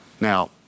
Now